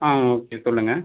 ஆ okay சொல்லுங்கள்